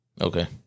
Okay